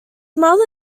mother